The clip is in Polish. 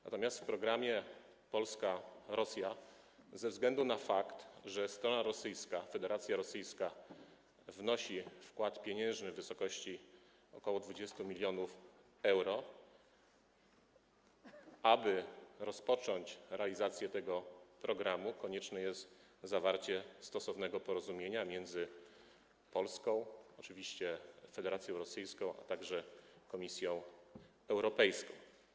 Natomiast w przypadku programu Polska-Rosja ze względu na fakt, że strona rosyjska, Federacja Rosyjska wnosi wkład pieniężny w wysokości ok. 20 mln euro, aby rozpocząć realizację tego programu, konieczne jest zawarcie stosownego porozumienia między Polską, Federacją Rosyjską i Komisją Europejską.